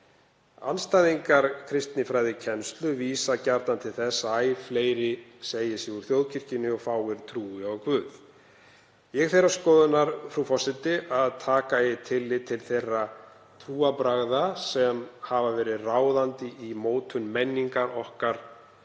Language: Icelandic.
Andstæðingar kristinfræðikennslu vísa gjarnan til þess að æ fleiri segi sig úr þjóðkirkjunni og fáir trúi á guð. Ég er þeirrar skoðunar, frú forseti, að taka eigi tillit til þeirra trúarbragða sem hafa verið ráðandi í mótun menningar okkar og